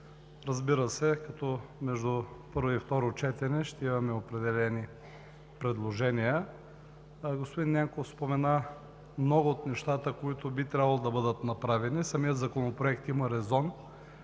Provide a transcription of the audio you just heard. разбира се, като между първо и второ четене ще имаме определени предложения. Господин Ненков спомена много от нещата, които би трябвало да бъдат направени. Самият Законопроект има резон,